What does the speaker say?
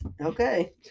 Okay